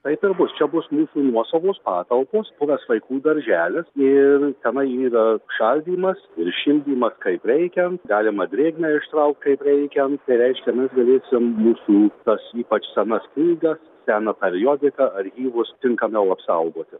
taip ir bus čia bus mūsų nuosavos patalpos buvęs vaikų darželis ir tenai yra šaldymas ir šildymas kaip reikiant galima drėgmę ištraukt kaip reikiant tai reiškia mes galėsim mūsų tas ypač senas knygas seną periodiką archyvus tinkamiau apsaugoti